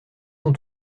sont